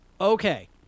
Okay